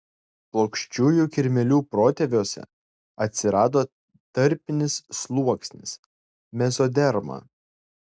plokščiųjų kirmėlių protėviuose atsirado tarpinis sluoksnis mezoderma